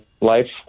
life